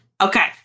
Okay